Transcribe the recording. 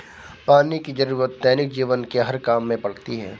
पानी की जरुरत दैनिक जीवन के हर काम में पड़ती है